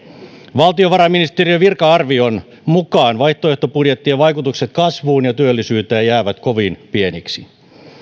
valtiovarainministeriön virka arvion mukaan vaihtoehtobudjettien vaikutukset kasvuun ja työllisyyteen jäävät kovin pieniksi